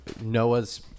Noah's